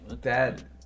Dad